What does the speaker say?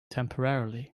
temporarily